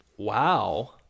wow